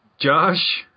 Josh